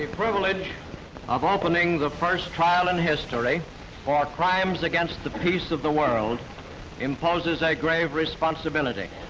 privilege of opening the first trial in history for crimes against the peace of the world imposes a grave responsibility.